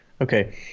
Okay